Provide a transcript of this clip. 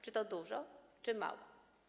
Czy to dużo, czy mało?